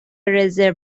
رزرو